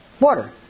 Water